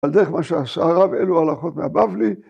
על דרך מה שאסר הרב, אלו הלכות מהבבלי